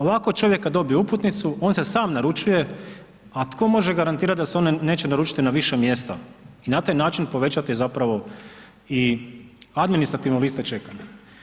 Ovako čovjek kada dobije uputnicu, on se sam naručuje, a tko može garantirati da se on neće naručiti na više mjesta i na taj način povećati zapravo i administrativnu listu čekanja.